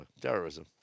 terrorism